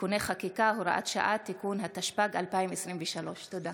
(תיקוני חקיקה) (הוראת שעה) (תיקון) התשפ"ג 2023. תודה.